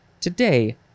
Today